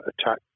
attack